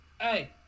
hey